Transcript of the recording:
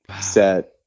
set